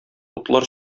утлар